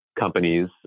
companies